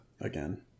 again